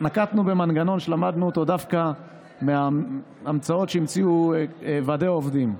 נקטנו מנגנון שלמדנו דווקא מההמצאות שהמציאו ועדי העובדים,